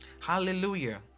Hallelujah